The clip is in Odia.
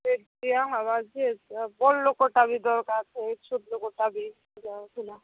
ସେ ଦିଆ ହବାର୍ ଯେ ବଡ଼ ଲୋକର୍ଟା ବି ଦରକାର୍ ହେଇଛି ଛୋଟ୍ ଲୋକର୍ଟା ବି ଯାଉଥିଲା